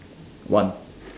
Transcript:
one